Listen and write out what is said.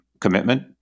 commitment